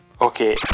Okay